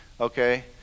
Okay